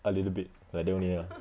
a little bit like that only ah